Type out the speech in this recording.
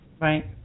Right